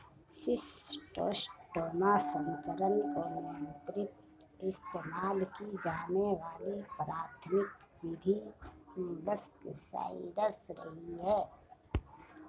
schistosoma संचरण को नियंत्रित इस्तेमाल की जाने वाली प्राथमिक विधि मोलस्कसाइड्स रही है